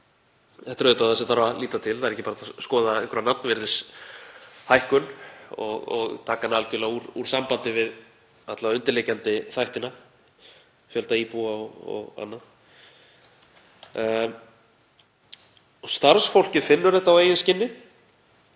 Þetta er auðvitað það sem þarf að líta til. Það er ekki hægt að skoða bara einhverja nafnvirðishækkun og taka hana algjörlega úr sambandi við alla undirliggjandi þætti, fjölda íbúa og annað. Starfsfólk finnur þetta á eigin skinni,